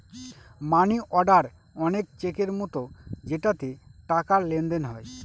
মানি order অনেক চেকের মতো যেটাতে টাকার লেনদেন হয়